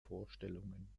vorstellungen